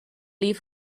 leave